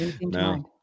no